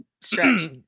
stretch